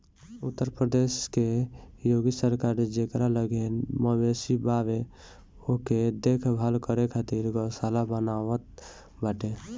उत्तर प्रदेश के योगी सरकार जेकरा लगे मवेशी बावे ओके देख भाल करे खातिर गौशाला बनवावत बाटे